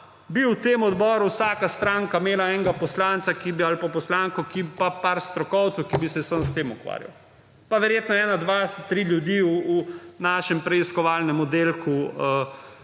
bi v tem odboru vsaka stranka imela enega poslanca ali pa poslanko in nekaj strokovcev, ki bi se samo s tem ukvarjali. Pa verjetno dva, tri ljudi v našem raziskovalnem oddelku